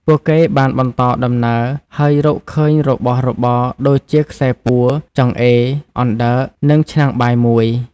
ពួកគេបានបន្តដំណើរ ហើយរកឃើញរបស់របរដូចជាខ្សែពួរ ចង្អេរ អណ្តើក និងឆ្នាំងបាយមួយ ។